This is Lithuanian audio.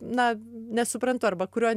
na nesuprantu arba kurio